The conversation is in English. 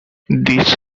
this